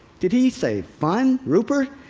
did he say fun? rupert?